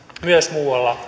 myös muualla